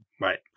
Right